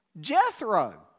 Jethro